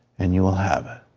and you will have it.